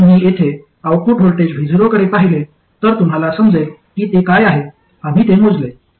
जर तुम्ही येथे आउटपुट व्होल्टेज vo कडे पाहिले तर तुम्हाला समजेल की ते काय आहे आम्ही ते मोजले